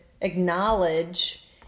acknowledge